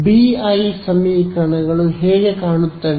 BI ಸಮೀಕರಣಗಳು ಹೇಗೆ ಕಾಣುತ್ತವೆ